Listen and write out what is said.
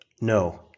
No